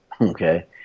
okay